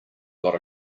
got